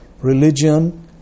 religion